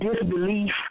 Disbelief